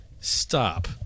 Stop